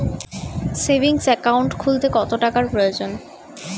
Savings account খুলতে কত টাকার প্রয়োজন?